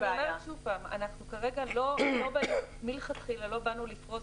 אז אני אומרת שוב אנחנו כרגע מלכתחילה לא באנו לפרוס